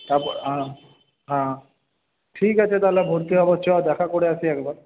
তারপর হুম হাঁ ঠিক আছে তাহলে ভর্তি হবো চল দেখা করে আসি একবার